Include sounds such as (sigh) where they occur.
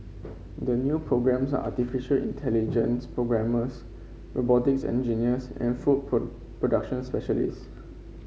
the new programmes are artificial intelligence programmers robotics engineers and food (unintelligible) production specialists